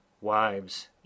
WIVES